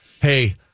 hey